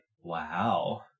wow